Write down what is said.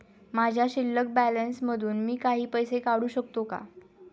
माझ्या शिल्लक बॅलन्स मधून मी काही पैसे काढू शकतो का?